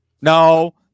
no